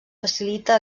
facilita